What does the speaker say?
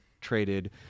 traded